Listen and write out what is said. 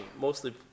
mostly